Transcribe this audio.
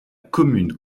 commune